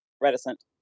reticent